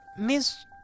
Miss